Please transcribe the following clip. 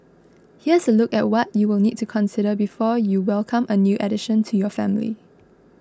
here's a look at what you will need to consider before you welcome a new addition to your family